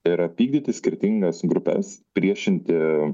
ir pykdyti skirtingas grupes priešinti